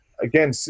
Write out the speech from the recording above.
again